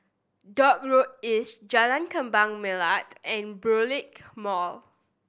Dock Road East Jalan Kembang Melati and Burkill Mall